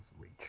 reach